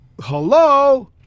Hello